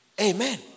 Amen